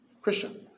Christian